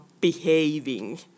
behaving